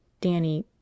Danny